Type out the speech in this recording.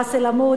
ראס-אל-עמוד,